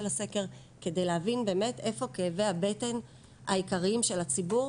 הסקר כדי להבין באמת איפה כאבי הבטן העיקריים של הציבור